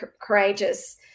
courageous